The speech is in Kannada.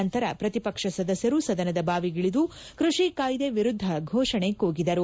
ನಂತರ ಪ್ರತಿಪಕ್ಷ ಸದಸ್ಯರು ಸದನದ ಬಾವಿಗಿಳಿದು ಕೃಷಿ ಕಾಯ್ದೆ ವಿರುದ್ಧ ಘೋಷಣೆ ಕೂಗಿದರು